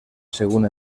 según